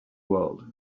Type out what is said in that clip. world